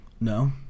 No